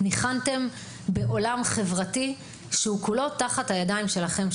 ניחנתם בעולם חברתי שהוא כולו בידיים שלכם,